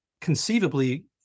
conceivably